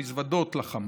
במזוודות לחמאס.